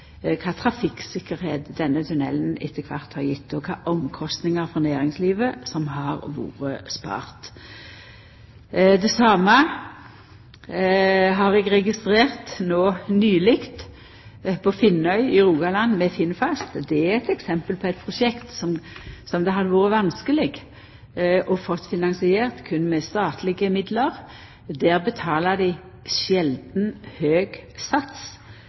kva for ein trafikktryggleik denne tunellen etter kvart har gjeve, og kva for kostnader for næringslivet som har vore sparte. Det same har eg registrert no nyleg, på Finnøy i Rogaland med Finnfast. Det er eit eksempel på eit prosjekt som det hadde vore vanskeleg å ha fått finansiert berre med statlege midlar. Der betalar dei ein sjeldan høg sats